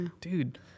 Dude